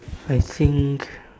I think